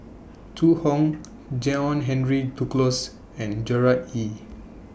Zhu Hong John Henry Duclos and Gerard Ee